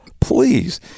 please